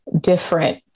different